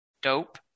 Dope